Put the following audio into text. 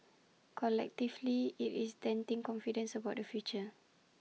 collectively IT is denting confidence about the future